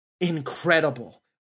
incredible